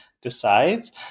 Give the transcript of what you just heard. decides